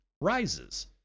rises